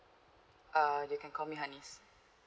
uh you can call me hanis